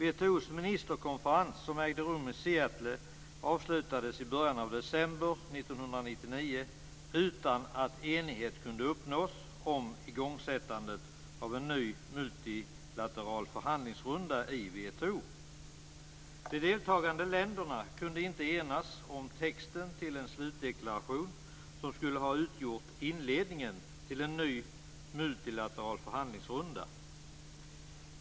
WTO:s ministerkonferens, som ägde rum i Seattle, avslutades i början av december 1999 utan att enighet kunde uppnås om igångsättandet av en ny multilateral förhandlingsrunda i WTO. De deltagande länderna kunde inte enas om texten till en slutdeklaration som skulle ha utgjort inledningen till en ny multilateral förhandlingsrunda.